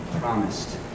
promised